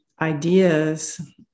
ideas